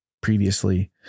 previously